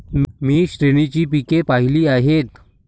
मी श्रेणीची पिके पाहिली आहेत